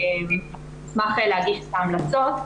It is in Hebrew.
נשמח להגיש את ההמלצות,